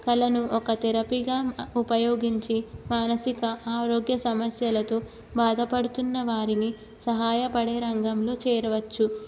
కళలను ఒక థెరపీగా ఉపయోగించి మానసిక ఆరోగ్య సమస్యలతో బాధపడుతున్న వారిని సహాయపడే రంగంలో చేరవచ్చు